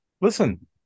listen